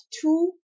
two